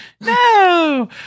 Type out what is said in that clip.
no